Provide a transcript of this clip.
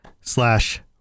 slash